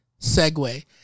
segue